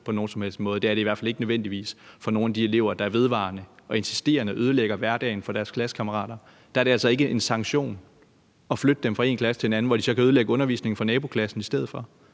på nogen som helst måde. Det er det i hvert fald ikke nødvendigvis for nogle af de elever, der vedvarende og insisterende ødelægger hverdagen for deres klassekammerater. Der er det altså ikke en sanktion at flytte dem fra en klasse til en anden, hvor de så kan ødelægge undervisningen for naboklassen i stedet for.